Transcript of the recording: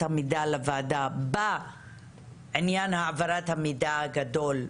המידע לוועדה בעניין העברת המידע הגדול,